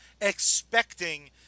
expecting